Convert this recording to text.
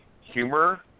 humor –